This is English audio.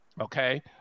Okay